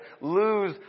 lose